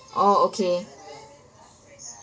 orh okay